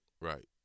right